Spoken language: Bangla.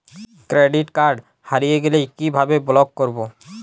ক্রেডিট কার্ড হারিয়ে গেলে কি ভাবে ব্লক করবো?